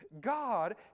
God